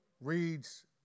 reads